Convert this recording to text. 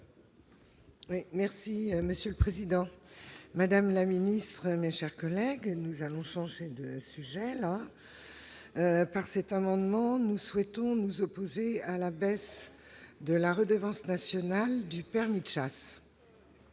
Monsieur le président, madame la secrétaire d'État, mes chers collègues, nous changeons de sujet. Par cet amendement, nous souhaitons nous opposer à la baisse de la redevance nationale du permis de chasse.